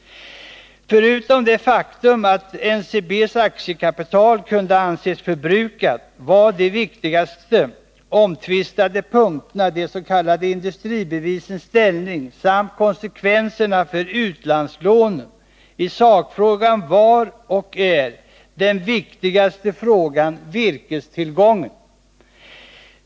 Förutom det faktum att NCB:s aktiekapital kunde anses förbrukat var de viktigaste omtvistade punkterna de s.k. industribevisens ställning samt konsekvenserna för utlandslånen. I sakfrågan var — och är — den viktigaste frågan virkestillgången.